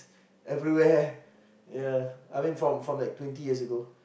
everywhere ya I mean from from like twenty years ago